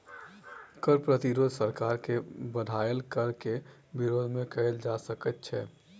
कर प्रतिरोध सरकार के बढ़ायल कर के विरोध मे कयल जा सकैत छै